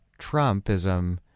trumpism